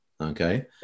okay